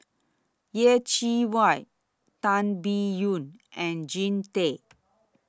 Yeh Chi Wei Tan Biyun and Jean Tay